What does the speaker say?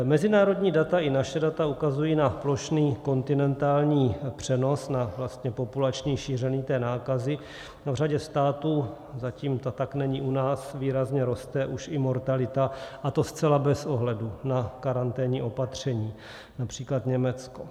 Mezinárodní data i naše data ukazují na plošný kontinentální přenos, na vlastně populační šíření nákazy, a v řadě států, zatím to tak není u nás, výrazně roste už i mortalita, a to zcela bez ohledu na karanténní opatření, například Německo.